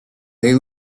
they